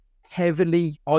heavily